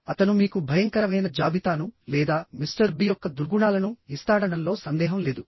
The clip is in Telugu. అతను మీకు భయంకరమైన జాబితాను లేదా మిస్టర్ బి యొక్క దుర్గుణాలను ఇస్తాడనడంలో సందేహం లేదు